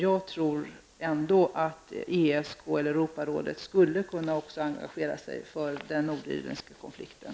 Jag tror ändå att ESK eller Europarådet skulle kunna engagera sig för den nordirländska konflikten.